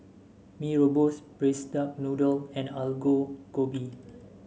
Mee Rebus Braised Duck Noodle and Aloo Gobi